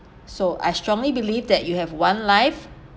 so I strongly believe that you have one life